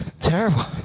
terrible